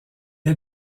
est